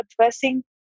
addressing